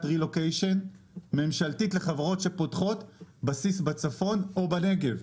רילוקיישן ממשלתית לחברות שפותחות בסיס בצפון או בנגב.